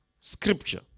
scripture